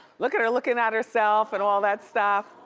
look at her looking at herself and all that stuff.